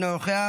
אינו נוכח.